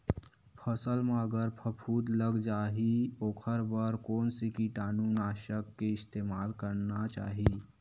फसल म अगर फफूंद लग जा ही ओखर बर कोन से कीटानु नाशक के इस्तेमाल करना चाहि?